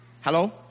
hello